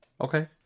Okay